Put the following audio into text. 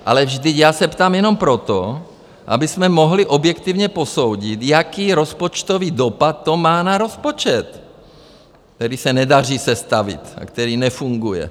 Ale vždyť já se ptám jenom proto, abychom mohli objektivně posoudit, jaký rozpočtový dopad to má na rozpočet, který se nedaří sestavit a který nefunguje.